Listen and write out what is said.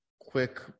quick